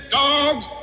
dogs